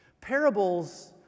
Parables